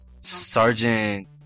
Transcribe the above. Sergeant